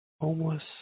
homeless